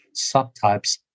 subtypes